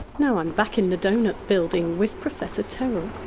you know i'm back in the doughnut building with professor terrill.